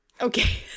Okay